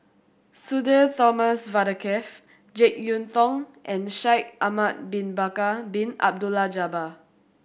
Sudhir Thomas Vadaketh Jek Yeun Thong and Shaikh Ahmad Bin Bakar Bin Abdullah Jabbar